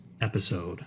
episode